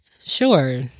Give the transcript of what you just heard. Sure